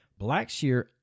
Blackshear